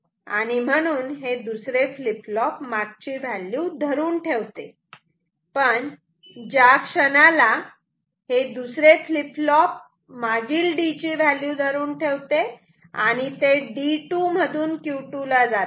आणि म्हणून हे दुसरे फ्लीप फ्लॉप मागची व्हॅल्यू धरून ठेवते पण ज्या क्षणाला हे दुसरे फ्लीप फ्लॉप मागील D ची व्हॅल्यू धरून ठेवते आणि ते D2 मधून Q2 ला जाते